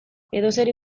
edozeri